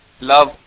love